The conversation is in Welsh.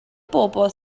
bobl